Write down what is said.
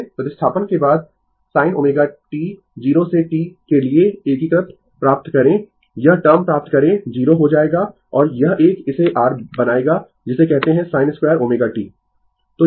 प्रतिस्थापन के बाद sin ω t 0 से T के लिए एकीकरण प्राप्त करें यह टर्म प्राप्त करें 0 हो जाएगा और यह एक इसे r बनाएगा जिसे कहते है sin2ω t